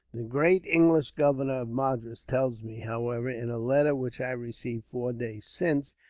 the great english governor of madras tells me, however, in a letter which i received four days since,